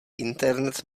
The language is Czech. internet